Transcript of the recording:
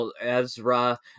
Ezra